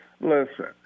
Listen